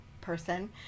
person